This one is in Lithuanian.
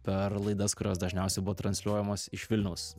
per laidas kurios dažniausiai buvo transliuojamos iš vilniaus